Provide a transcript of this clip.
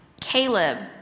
Caleb